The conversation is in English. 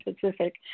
Pacific